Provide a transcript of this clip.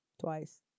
Twice